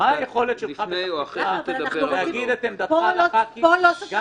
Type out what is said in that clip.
מה היכולת שלך להגיד את עמדתך לחברי